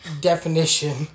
definition